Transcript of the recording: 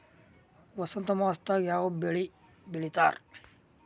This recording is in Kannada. ವಸಂತ ಮಾಸದಾಗ್ ಯಾವ ಬೆಳಿ ಬೆಳಿತಾರ?